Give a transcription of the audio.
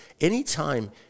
anytime